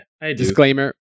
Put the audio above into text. disclaimer